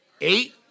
Eight